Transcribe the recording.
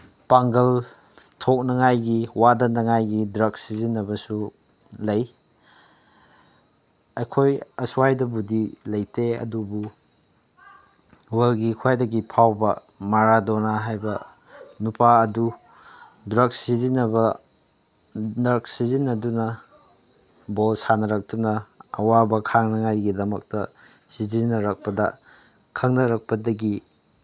ꯄꯥꯡꯒꯜ ꯊꯣꯛꯅꯉꯥꯏꯒꯤ ꯋꯥꯗꯅꯉꯥꯏꯒꯤ ꯗ꯭ꯔꯒ ꯁꯤꯖꯤꯟꯅꯕꯁꯨ ꯂꯩ ꯑꯩꯈꯣꯏ ꯑꯁ꯭ꯋꯥꯏꯗꯕꯨꯗꯤ ꯂꯩꯇꯦ ꯑꯗꯨꯕꯨ ꯋꯥꯔꯜꯒꯤ ꯈ꯭ꯋꯥꯏꯗꯒꯤ ꯐꯥꯎꯕ ꯃꯔꯥꯗꯣꯅꯥ ꯍꯥꯏꯕ ꯅꯨꯄꯥ ꯑꯗꯨ ꯗ꯭ꯔꯒ ꯁꯤꯖꯤꯟꯅꯕ ꯗ꯭ꯔꯒ ꯁꯤꯖꯤꯟꯅꯗꯨꯅ ꯕꯣꯜ ꯁꯥꯟꯅꯔꯛꯇꯨꯅ ꯑꯋꯥꯕ ꯈꯥꯡꯅꯉꯥꯏꯒꯤꯗꯃꯛꯇ ꯁꯤꯖꯤꯟꯅꯔꯛꯄꯗ ꯈꯪꯅꯔꯛꯄꯗꯒꯤ